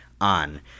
on